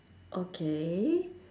okay